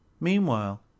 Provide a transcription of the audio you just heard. Meanwhile